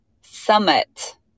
summit